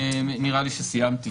נראה לי שסיימתי.